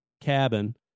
cabin